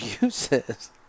uses